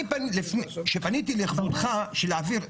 כשפניתי לכבודך בשביל להעביר,